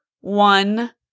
one